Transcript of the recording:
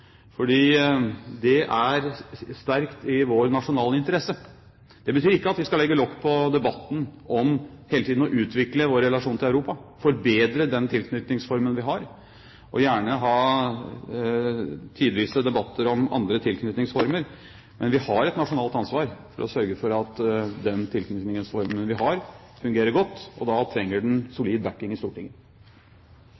det er sterkt i vår nasjonale interesse. Det betyr ikke at vi skal legge lokk på debatten om hele tiden å utvikle vår relasjon til Europa, forbedre den tilknytningsformen vi har, og gjerne ha tidvise debatter om andre tilknytningsformer. Men vi har et nasjonalt ansvar for å sørge for at den tilknytningsformen vi har, fungerer godt, og da trenger den